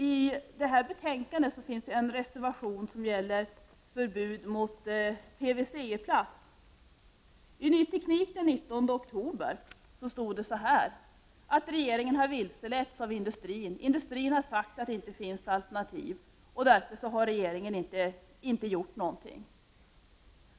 I betänkandet finns en reservation som gäller förbud mot PVC-plast. I Ny Teknik den 19 oktober stod så här: Regeringen har vilseletts av industrin. Industrin har sagt att det inte finns alternativ. Därför har regeringen inte gjort någonting.